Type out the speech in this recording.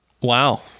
Wow